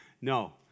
No